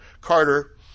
Carter